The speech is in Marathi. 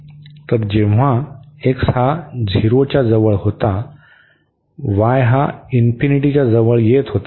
तर जेव्हा x हा 0 च्या जवळ येत होता y हा इन्फिनिटीच्या जवळ येत होता